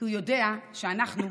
כי הוא יודע שאנחנו,